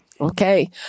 Okay